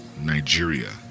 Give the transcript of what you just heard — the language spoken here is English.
Nigeria